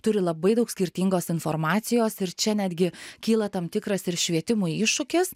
turi labai daug skirtingos informacijos ir čia netgi kyla tam tikras ir švietimui iššūkis